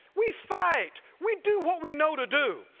we fight, we do what we know to do,